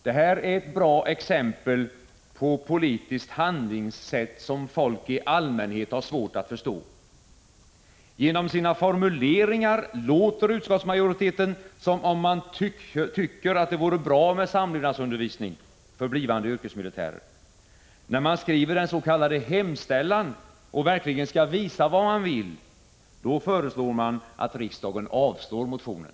Det här är ett bra exempel på politiskt handlingssätt som folk i allmänhet har svårt att förstå. Genom sina formuleringar låter utskottsmajoriteten som om den tycker att det vore bra med samlevnadsundervisning för blivande yrkesmilitärer. När man skriver den s.k. hemställan — och verkligen skall visa — Prot. 1985/86:144 vad man vill — föreslår man att riksdagen avslår motionen!